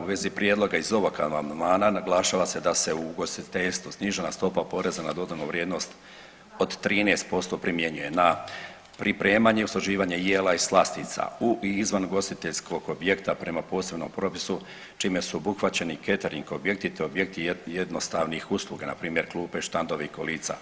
U vezi prijedloga iz ovog amandmana naglašava se da se u ugostiteljstvu snižene stopa PDV-a od 13% primjenjuje na pripremanje i usluživanje jela i slastica u i izvan ugostiteljskog objekta prema posebnom propisu čime su obuhvaćeni i catering objekti, te objekti jednostavnih usluga, npr. klupe, štandovi i kolica,